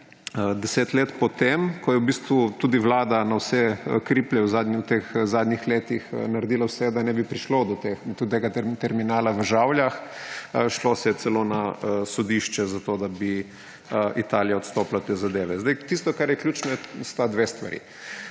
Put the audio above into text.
10 let po tem, ko je v bistvu tudi Vlada na vse kriplje v zadnjih teh letih naredila vse, da ne bi prišlo do terminala v Žavljah. Šlo se je celo na sodišče, zato da bi Italija odstopila od te zadeve. Tisto, kar je ključno, sta dve stvari.